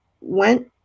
went